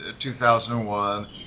2001